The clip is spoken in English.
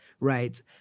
Right